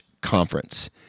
conference